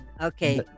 Okay